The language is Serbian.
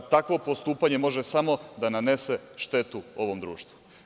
Takvo postupanje može samo da nanese štetu ovom društvu.